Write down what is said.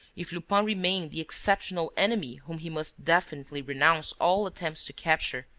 if lupin remained the exceptional enemy whom he must definitely renounce all attempts to capture,